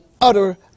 utter